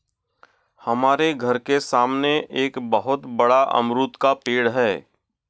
हमारे घर के सामने एक बहुत बड़ा अमरूद का पेड़ है